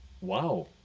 wow